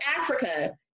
Africa